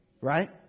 Right